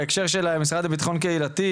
בהקשר של המשרד לבטחון קהילתי,